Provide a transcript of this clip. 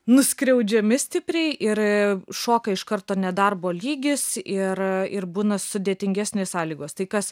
nuskriaudžiami stipriai ir šoka iš karto nedarbo lygis ir ir būna sudėtingesnės sąlygos tai kas